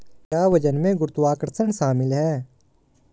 क्या वजन में गुरुत्वाकर्षण शामिल है?